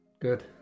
Good